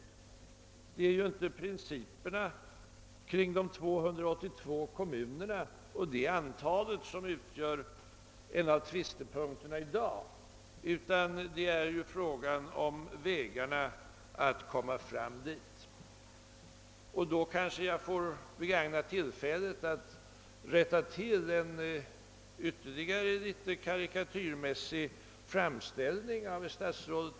Det är ju inte antalet, de 282 kommunerna, som utgör en tvistepunkt i dag utan spörsmålet om vägarna att komma fram till detta. I detta sammanhang får jag kanske begagna tillfället att rätta till ytterligare en karikatyrmässig framställning av statsrådet.